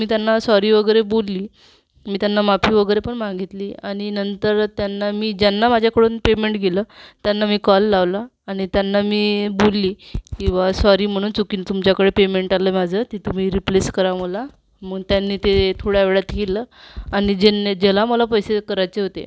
मी त्यांना सॉरी वगैरे बोलली मी त्यांना माफी वगैरे पण मागितली आणि नंतर त्यांना मी ज्यांना माझ्याकडून पेमेंट गेलं त्यांना मी कॉल लावला आणि त्यांना मी बोलली की बुवा सॉरी म्हणून चुकीनं तुमच्याकडे पेमेंट आलं माझं ते तुम्ही रीप्लेस करा मला मग त्यांनी ते थोड्यावेळात केलं आणि ज्यांना जे ला मला पैसे करायचे होते